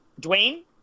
Dwayne